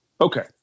Okay